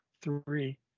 three